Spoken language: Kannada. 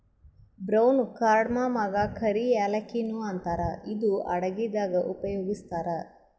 ಬ್ರೌನ್ ಕಾರ್ಡಮಮಗಾ ಕರಿ ಯಾಲಕ್ಕಿ ನು ಅಂತಾರ್ ಇದು ಅಡಗಿದಾಗ್ ಉಪಯೋಗಸ್ತಾರ್